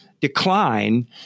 decline